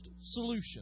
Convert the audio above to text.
solution